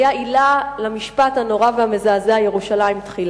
היה עילה למשפט הנורא והמזעזע: ירושלים תחילה.